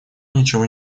ничего